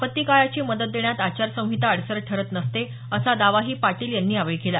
आपत्ती काळाची मदत देण्यात आचार संहिता अडसर ठरत नसते असा दावाही पाटील यांनी यावेळी केला